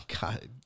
god